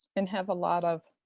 and have a lot of?